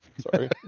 Sorry